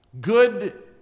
Good